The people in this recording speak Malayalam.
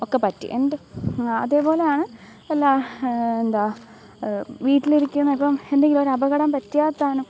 ഒക്കെ പറ്റി എൻ്റെ അതേപോലെ ആണ് എല്ലാ എന്താ വീട്ടിലിരിക്കുന്ന ഇപ്പം എന്തെങ്കിലും ഒരപകടം പറ്റിയാൽത്തന്നെ